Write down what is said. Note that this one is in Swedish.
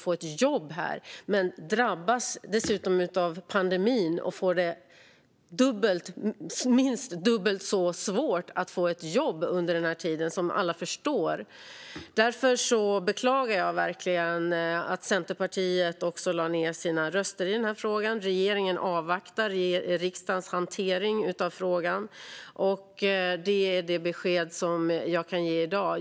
De drabbas dessutom av pandemin, då de som alla förstår får det minst dubbelt så svårt att få ett jobb under den här tiden. Jag beklagar också att Centerpartiet lade ned sina röster i den här frågan. Regeringen inväntar riksdagens hantering av frågan. Det är det besked som jag kan ge i dag.